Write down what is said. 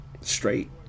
straight